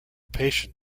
patient